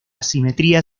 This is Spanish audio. simetría